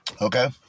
Okay